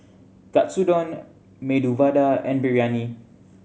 Katsudon Medu Vada and Biryani